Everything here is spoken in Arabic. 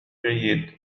جيد